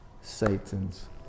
Satan's